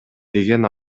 деген